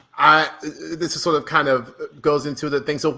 this is sort of kind of goes into the thing. so